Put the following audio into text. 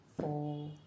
four